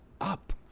up